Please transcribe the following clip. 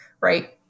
right